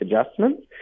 adjustments